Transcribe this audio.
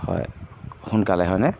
হয় সোনকালে হয়নে